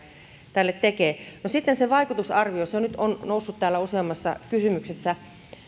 tälle tekee sitten se vaikutusarvio se nyt on noussut täällä useammassa kysymyksessä